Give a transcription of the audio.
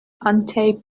untaped